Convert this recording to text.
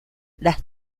las